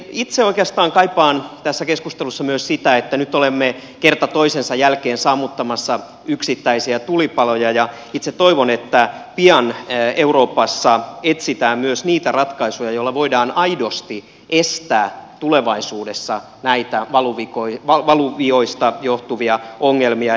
itse oikeastaan kaipaan tässä keskustelussa myös sitä että nyt olemme kerta toisensa jälkeen sammuttamassa yksittäisiä tulipaloja ja itse toivon että pian euroopassa etsitään myös niitä ratkaisuja joilla voidaan aidosti estää tulevaisuudessa näitä valuvioista johtuvia ongelmia